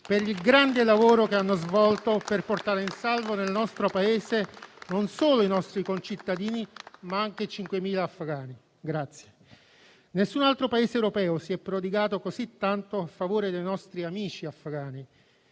per il grande lavoro che hanno svolto per portare in salvo nel nostro Paese non solo i nostri concittadini, ma anche 5.000 afghani. Grazie! Nessun altro Paese europeo si è prodigato così tanto a favore dei nostri amici afghani,